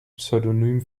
pseudonym